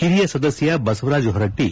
ಹಿರಿಯ ಸದಸ್ಯ ಬಸವರಾಜ್ ಹೊರಟ್ಟಿ